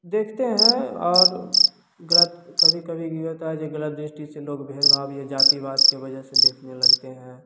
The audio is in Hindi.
देखते हैं और कभी कभी यह होता है गलत दृष्टि से लोग भेदभाव या जातिवाद कि वजह से देखने लगते हैं